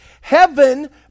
Heaven